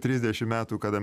trisdešim metų kada